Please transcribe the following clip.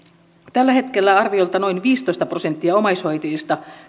tällä hetkellä arviolta noin viisitoista prosenttia omaishoitajista